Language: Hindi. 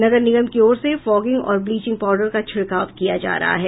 नगर निगम की ओर से फॉगिंग और ब्लीचिंग पाउडर का छिड़काव किया जा रहा है